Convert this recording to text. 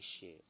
share